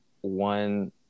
one